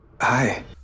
Hi